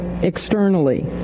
externally